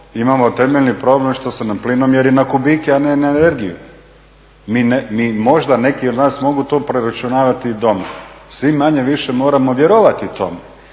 imamo temeljni problem što su nam plinomjeri na kubike, a ne na energiju. Možda neki od nas to mogu preračunavati i doma, svi manje-više moramo vjerovati tome